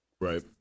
right